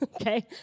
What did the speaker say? okay